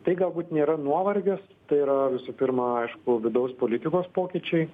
tai galbūt nėra nuovargis tai yra visų pirma aišku vidaus politikos pokyčiai